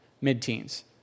mid-teens